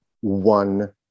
one